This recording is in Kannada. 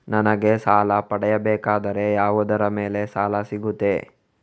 ನನಗೆ ಸಾಲ ಪಡೆಯಬೇಕಾದರೆ ಯಾವುದರ ಮೇಲೆ ಸಾಲ ಸಿಗುತ್ತೆ?